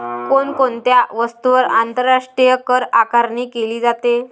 कोण कोणत्या वस्तूंवर आंतरराष्ट्रीय करआकारणी केली जाते?